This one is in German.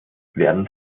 werden